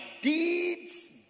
deeds